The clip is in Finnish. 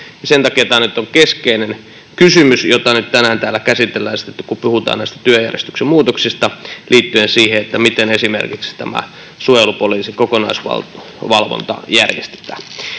Sen takia tämä nyt on keskeinen kysymys, jota tänään täällä käsitellään, kun puhutaan näistä työjärjestyksen muutoksista liittyen siihen, miten esimerkiksi tämä suojelupoliisin kokonaisvalvonta järjestetään.